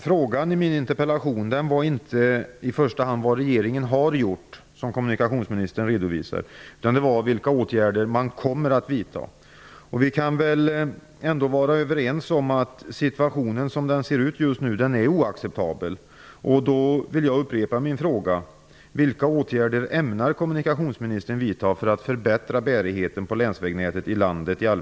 Frågan i min interpellation var inte i första hand vad regeringen har gjort, vilket kommunikationsministern redovisade, utan vilka åtgärder regeringen kommer att vidta. Vi kan väl vara överens om att situationen, som den ser ut just nu, är oacceptabel.